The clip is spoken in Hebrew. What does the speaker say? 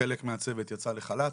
חלק מהצוות יצא לחל"ת,